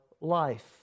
Life